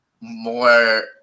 more